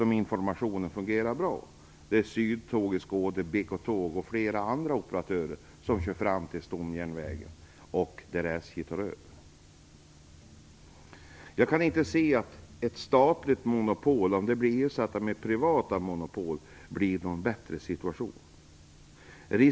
Det gäller t.ex. Sydtåg i Skåne, BK Tåg och flera andra operatörer som kör fram till stomjärnvägen där sedan SJ tar över. Jag kan inte se att situationen skulle bli bättre för att man ersätter statliga monopol med privata monopol.